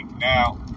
Now